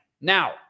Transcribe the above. Now